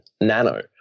Nano